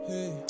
Hey